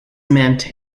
meant